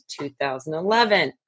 2011